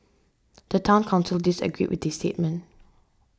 the Town Council disagreed with the statement